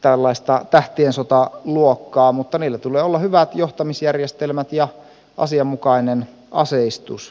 tällaista tähtien sota luokkaa mutta niillä tulee olla hyvät johtamisjärjestelmät ja asianmukainen aseistus